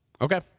Okay